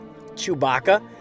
chewbacca